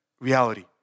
reality